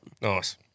Nice